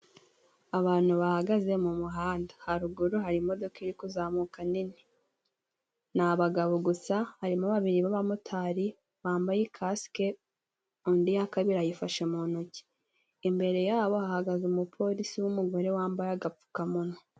Abantu bahagaze mu muhanda , haruguru hari imodoka iri kuzamuka nini . Ni abagabo gusa , harimo babiri b'abamotari bambaye kasike undi iya kabiri ayifashe mu ntoki . Imbere yabo hahagaze Umupolisi w'umugore wambaye agapfukamunwa.